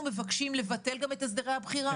אנחנו מבקשים לבטל גם את הסדרי הבחירה,